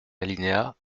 alinéas